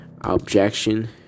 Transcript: objection